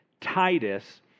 Titus